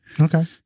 Okay